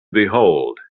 behold